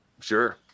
Sure